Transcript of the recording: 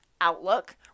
outlook